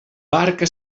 barca